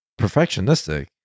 perfectionistic